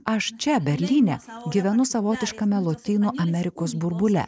aš čia berlyne gyvenu savotiškame lotynų amerikos burbule